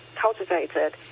cultivated